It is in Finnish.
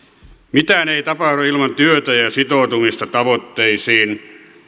mitään ei tapahdu ilman työtä ja sitoutumista tavoitteisiin